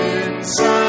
inside